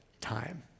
time